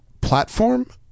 platform